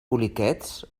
poliquets